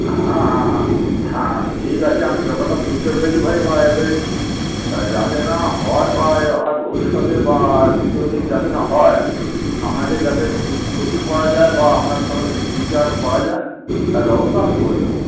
হ্যাঁ হ্যাঁ হ্যাঁ হ্যাঁ ঠিক আছে আমি ব্যাপারটা বুঝতে পেরেছি ভাই বা এ পেরেছি তা যাতে না হয় বা এ হয় ভবিষ্যতে বা দ্বিতীয় দিন যাতে না হয় আপনাকে যাতে খুশ খুশি করা যায় বা আপনার সঙ্গে সুবিচার করা যায় তার ব্যবস্থা আমি করে দেবো